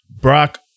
Brock